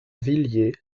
villiers